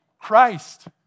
Christ